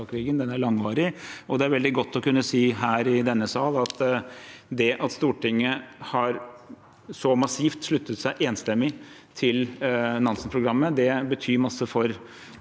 Den er langvarig, og det er veldig godt å kunne si her i denne sal at det at Stortinget så massivt har sluttet seg enstemmig til Nansen-programmet, betyr veldig mye for